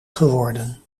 geworden